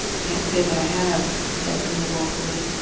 can't say that i have! confessed neale woefully.